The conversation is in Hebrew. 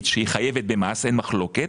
שהיא חייבת במס ועל כך אין מחלוקת,